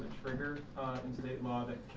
trigger state law that